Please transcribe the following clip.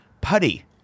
Putty